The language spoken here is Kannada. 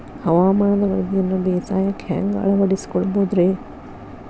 ಹವಾಮಾನದ ವರದಿಯನ್ನ ಬೇಸಾಯಕ್ಕ ಹ್ಯಾಂಗ ಅಳವಡಿಸಿಕೊಳ್ಳಬಹುದು ರೇ?